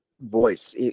voice